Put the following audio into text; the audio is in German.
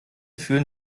fühlen